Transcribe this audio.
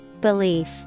Belief